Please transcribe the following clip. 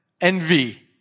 envy